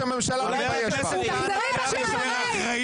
תחזרי בך מדברייך.